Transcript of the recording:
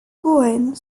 cohen